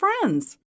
friends